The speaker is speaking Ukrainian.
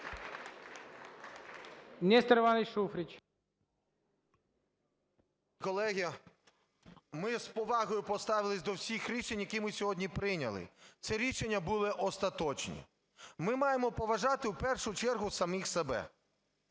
Колеги, ми з повагою поставились до всіх рішень, які ми сьогодні прийняли. Ці рішення були остаточні. Ми маємо поважати, в першу чергу, самих себе.